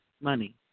money